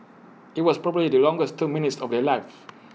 IT was probably the longest two minutes of their lives